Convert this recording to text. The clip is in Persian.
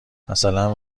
مثلا